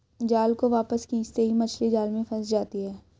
जाल को वापस खींचते ही मछली जाल में फंस जाती है